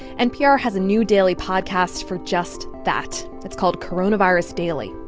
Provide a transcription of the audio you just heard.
npr has a new daily podcast for just that. it's called coronavirus daily,